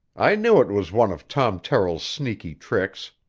i knew it was one of tom terrill's sneaky tricks.